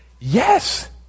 yes